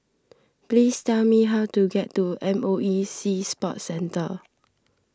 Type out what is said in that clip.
please tell me how to get to M O E Sea Sports Centre